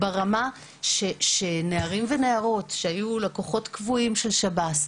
זה ברמה שנערים ונערות שהיו לקוחות קבועים של שב"ס,